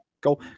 Go